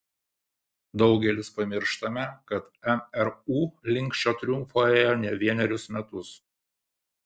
daugelis pamirštame kad mru link šio triumfo ėjo ne vienerius metus